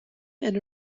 and